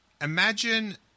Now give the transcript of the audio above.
Imagine